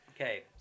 Okay